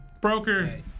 Broker